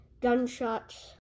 gunshots